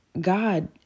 God